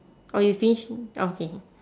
orh you finish okay